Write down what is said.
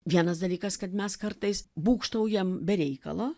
vienas dalykas kad mes kartais būgštaujam be reikalo